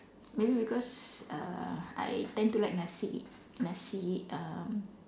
maybe because uh I tend to like nasi nasi um